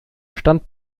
stand